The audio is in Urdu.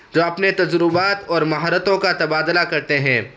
جو اپنے تجربات اور مہارتوں کا تبادلہ کرتے ہیں